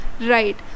right